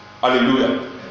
Hallelujah